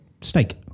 steak